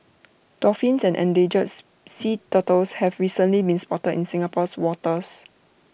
dolphins and endangers sea turtles have recently been spotted in Singapore's waters